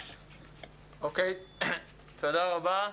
תודה רבה.